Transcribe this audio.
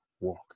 work